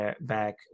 back